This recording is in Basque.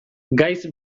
gaiz